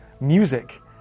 music